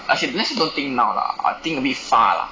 I should let's say don't think now lah I think a bit far lah